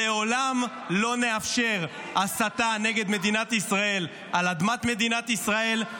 לעולם לא נאפשר הסתה נגד מדינת ישראל על אדמת מדינת ישראל.